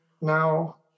now